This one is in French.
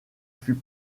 fut